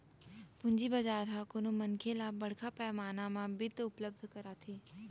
पूंजी बजार ह कोनो मनखे ल बड़का पैमाना म बित्त उपलब्ध कराथे